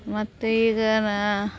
ಮತ್ತು ಈಗ ನಾ